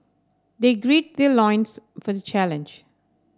they gird their loins for the challenge